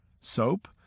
Soap